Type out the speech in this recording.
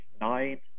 nine